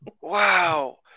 Wow